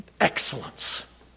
excellence